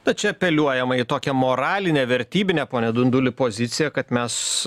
tad čia apeliuojama į tokią moralinę vertybinę pone dunduli poziciją kad mes